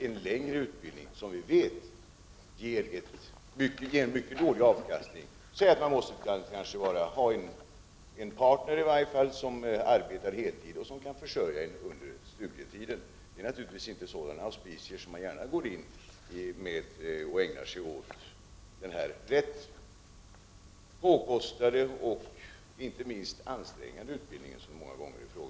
Eftersom riksdagen beslutade i våras att godkänna en internationell konvention om att trygga den kommunala självstyrelsen som en av de viktigaste grundstenarna i ett demokratiskt styrelseskick, frågar jag statsrådet: På vilket sätt skall den kommunala självstyrelsen i Sverige kunna tryggas med de nya regler för offentlig upphandling som förestår inom EG?